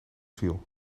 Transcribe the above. viel